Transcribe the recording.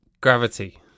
Gravity